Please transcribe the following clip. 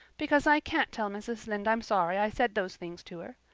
because i can't tell mrs. lynde i'm sorry i said those things to her.